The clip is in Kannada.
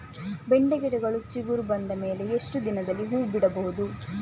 ಬೆಂಡೆ ಗಿಡಗಳು ಚಿಗುರು ಬಂದ ಮೇಲೆ ಎಷ್ಟು ದಿನದಲ್ಲಿ ಹೂ ಬಿಡಬಹುದು?